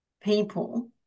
people